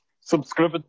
Subscribe